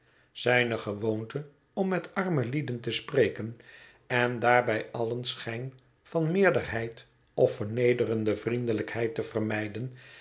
zijne gewoonte om met arme lieden te spreken en daarbij allen schijn van meerderheid of vernederende vriendelijkheid te vermijden